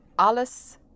Alles